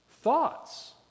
thoughts